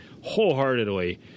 wholeheartedly